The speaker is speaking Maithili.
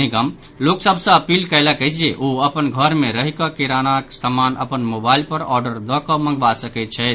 निगम लोक सभ सँ अपील कयलक अछि जे ओ अपन घर मे रहि कऽ किरानाक सामान अपन मोबाईल पर ऑर्डर दऽ कऽ मंगबा सकैत छथि